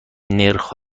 نرخ